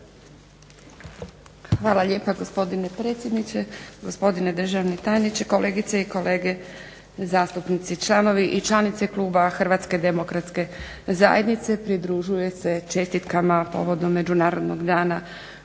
Hvala lijepa gospodine predsjedniče, gospodine državni tajniče, kolegice i kolege zastupnici. Članovi i članice kluba HDZ-a pridružuju se čestitkama povodom Međunarodnog dana